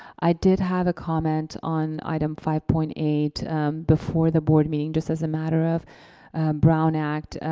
i did have a comment on item five point eight before the board meeting, just as a matter of brown act.